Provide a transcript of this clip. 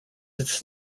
its